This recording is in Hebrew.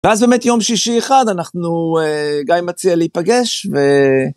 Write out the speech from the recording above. ואז באמת יום שישי אחד אנחנו, גיא מציע להיפגש ו...